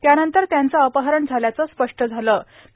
त्यानंतर त्यांचं अपहरण झाल्याचं स्पष्ट झालं होतं